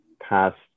past